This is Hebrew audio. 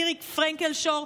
מירי פרנקל שור,